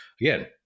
again